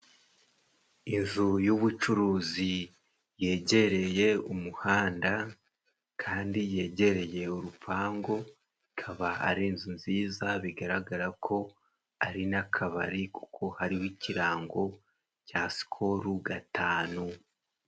Inju yubucuruzi yegereye umuhanda kandi yegereye urupango, ikaba ari inzu nziza bigaragara ko ari n'akabari, kuko hariho ikirango cya sikolo gatanu.